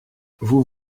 vous